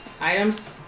items